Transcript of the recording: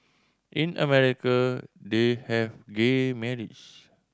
in America they have gay marriage